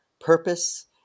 purpose